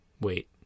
Wait